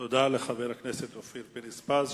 תודה לחבר הכנסת אופיר פינס-פז,